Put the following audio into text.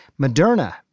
Moderna